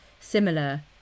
similar